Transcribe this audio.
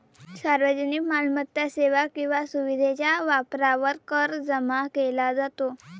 सार्वजनिक मालमत्ता, सेवा किंवा सुविधेच्या वापरावर कर जमा केला जातो